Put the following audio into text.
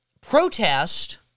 protest